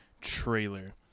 trailer